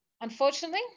Unfortunately